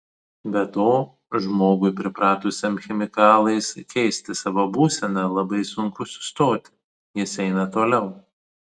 be to žmogui pripratusiam chemikalais keisti savo būseną labai sunku sustoti jis eina toliau